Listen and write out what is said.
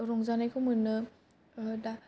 रंजानायखौ मोनो दा